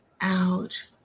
out